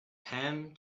ham